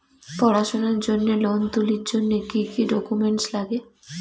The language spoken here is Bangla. পড়াশুনার জন্যে লোন তুলির জন্যে কি কি ডকুমেন্টস নাগে?